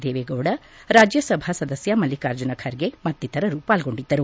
ದೇವೇಗೌಡ ರಾಜ್ಯಸಭಾ ಸದಸ್ಯ ಮಲ್ಲಿಕಾರ್ಜುನ ಖರ್ಗೆ ಮತ್ತಿತರರು ವಾಲ್ಗೊಂಡಿದ್ದರು